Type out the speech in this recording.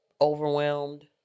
overwhelmed